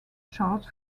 charles